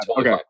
Okay